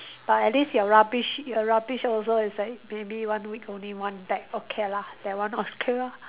but at least your rubbish your rubbish also is like maybe one week only one bag okay lah that one okay lor